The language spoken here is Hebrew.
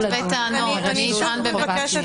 אני שוב מבקשת